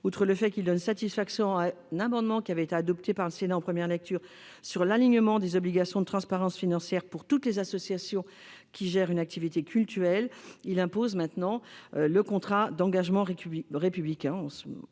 que ce projet de loi donne satisfaction à un amendement adopté par le Sénat en première lecture sur l'alignement des obligations de transparence financières pour toutes les associations qui gèrent une activité cultuelle, il impose le contrat d'engagement républicain-